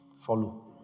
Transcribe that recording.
Follow